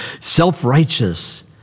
self-righteous